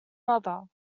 mother